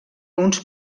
uns